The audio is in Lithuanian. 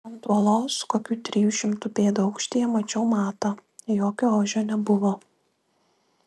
ant uolos kokių trijų šimtų pėdų aukštyje mačiau matą jokio ožio nebuvo